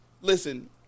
listen